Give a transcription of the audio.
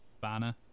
banner